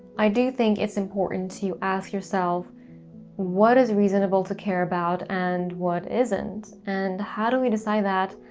i do think it's important to ask yourself what is reasonable to care about and what isn't. and how do we decide that?